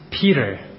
Peter